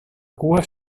cua